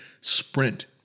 sprint